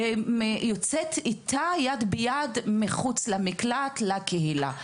היא יוצאת איתה יד ביד מחוץ למקלט לקהילה.